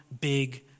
big